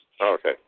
Okay